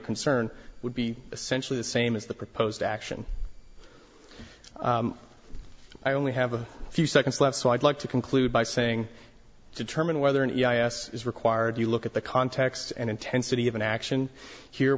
concern would be essentially the same as the proposed action i only have a few seconds left so i'd like to conclude by saying determine whether or not yes is required you look at the context and intensity of an action here